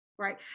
Right